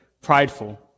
prideful